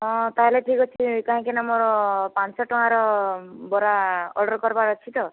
ହଁ ତା'ହେଲେ ଠିକ୍ ଅଛି କାହିଁକି ନା ଆମର ପାଞ୍ଚଶହ ଟଙ୍କାର ବରା ଅର୍ଡ଼ର୍ କରିବାର ଅଛି ତ